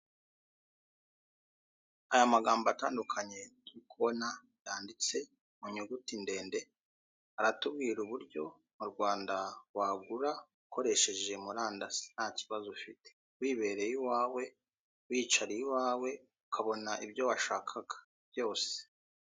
Aya magambo atandukanye turi kubona yanditse mu nyuguti ndende, aratubwira uburyo mu Rwanda wagura ukoresheje murandasi nta kibazo ufite, wibereye iwawe wicariye iwawe, ukabona ibyo washakaga byose.